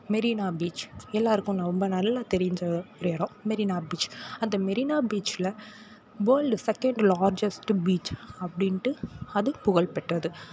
Marina beach எல்லாேருக்கும் நா ரொம்ப நல்லா தெரிஞ்ச ஒரு இடம் மெரினா பீச் அந்த மெரினா பீச்சில் வேர்ல்டு செக்கேண்ட் லார்ஜஸ்ட் பீச் அப்படின்ட்டு அது புகழ்ப்பெற்றது